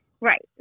Right